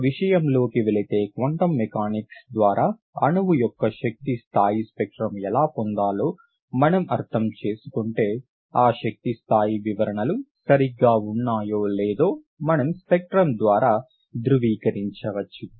ఇక విషయంలోకి వెళితే క్వాంటం మెకానిక్స్ ద్వారా అణువు యొక్క శక్తి స్థాయి స్పెక్ట్రం ఎలా పొందాలో మనం అర్థం చేసుకుంటే ఆ శక్తి స్థాయి వివరణలు సరిగ్గా ఉన్నాయో లేదో మనం స్పెక్ట్రం ద్వారా ధృవీకరించవచ్చు